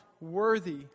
worthy